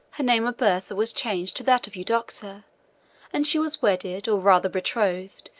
her name of bertha was changed to that of eudoxia and she was wedded, or rather betrothed,